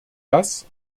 das